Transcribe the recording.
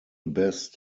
best